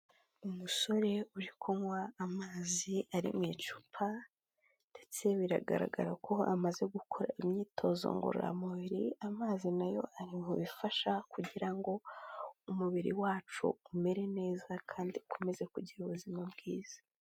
Umusore uri kunywa amazi ari mu icupa ndetse biragaragara ko amaze gukora imyitozo ngororamubiri, amazi na yo ari mu bifasha kugira ngo umubiri wacu umere neza kandi ukomeze kugira ubuzima bwiza.